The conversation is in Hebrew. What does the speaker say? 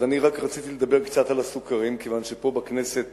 אז רק רציתי לדבר קצת על הסוכרים, כיוון שפה בכנסת